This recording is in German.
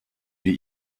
wir